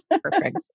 Perfect